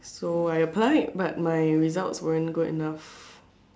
so I applied but my results won't good enough